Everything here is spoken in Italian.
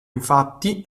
infatti